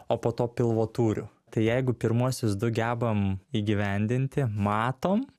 o po to pilvo turiu tai jeigu pirmuosius du gebam įgyvendinti matom